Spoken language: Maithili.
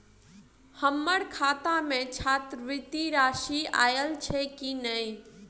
हम्मर खाता मे छात्रवृति राशि आइल छैय की नै?